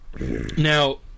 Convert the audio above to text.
Now